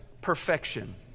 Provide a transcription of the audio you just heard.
perfection